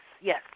yes